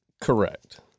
Correct